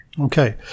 Okay